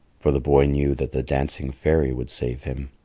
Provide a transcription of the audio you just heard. for the boy knew that the dancing fairy would save him.